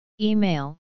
Email